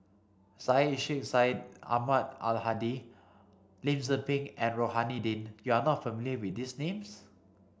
Syed Sheikh Syed Ahmad Al Hadi Lim Tze Peng and Rohani Din you are not familiar with these names